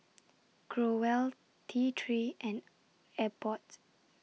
Growell T three and Abbott